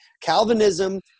Calvinism